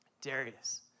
Darius